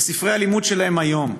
בספרי הלימוד שלהם היום,